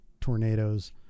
tornadoes